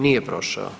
Nije prošao.